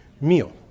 meal